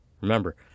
remember